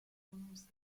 prononce